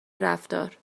رفتار